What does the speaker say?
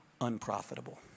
unprofitable